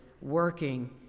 working